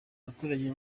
abaturage